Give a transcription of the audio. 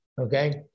Okay